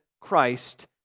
Christ